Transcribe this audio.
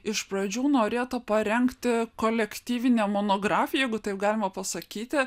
iš pradžių norėta parengti kolektyvinę monografiją jeigu taip galima pasakyti